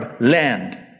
land